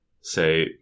say